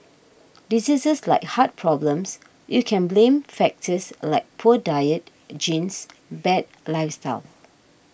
diseases like heart problems you can blame factors like poor diet genes bad lifestyle